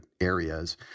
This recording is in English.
areas